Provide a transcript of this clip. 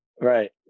Right